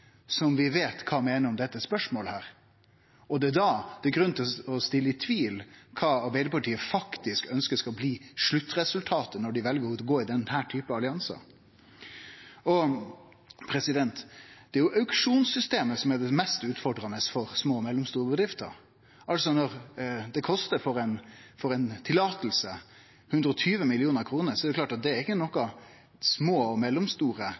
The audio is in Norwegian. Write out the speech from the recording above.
som vi veit kva meiner om dette spørsmålet. Det er da det er grunn til å stille i tvil kva Arbeidarpartiet faktisk ønskjer skal bli sluttresultatet når dei veljar å gå i denne typen alliansar. Systemet med auksjonar er det som er mest utfordrande for små og mellomstore bedrifter. Når eit løyve kostar 120 mill. kr, er det klart at det ikkje er noko som små og mellomstore